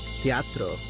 teatro